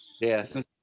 Yes